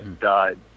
died